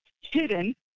hidden